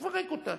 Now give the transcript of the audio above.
שתפרק אותה.